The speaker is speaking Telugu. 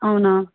అవునా